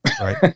right